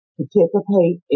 participate